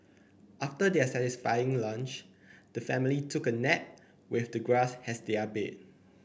after their satisfying lunch the family took a nap with the grass has their bed